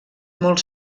molt